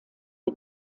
der